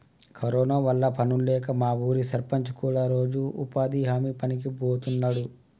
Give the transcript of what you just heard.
corona వల్ల పనుల్లేక మా ఊరి సర్పంచ్ కూడా రోజూ ఉపాధి హామీ పనికి బోతన్నాడు